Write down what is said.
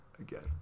again